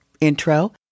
intro